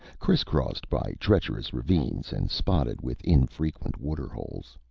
criss-crossed by treacherous ravines and spotted with infrequent waterholes.